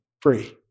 free